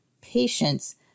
patients